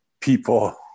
people